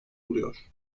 buluyor